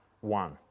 one